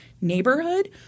neighborhood